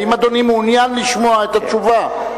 האם אדוני מעוניין לשמוע את התשובה?